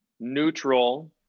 neutral